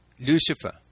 Lucifer